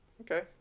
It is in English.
Okay